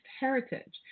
heritage